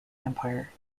empire